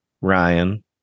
Ryan